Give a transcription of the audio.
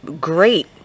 great